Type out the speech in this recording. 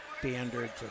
standards